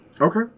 Okay